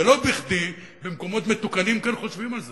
ולא בכדי במקומות מתוקנים כן חושבים על זה,